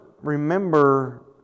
remember